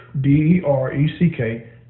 D-E-R-E-C-K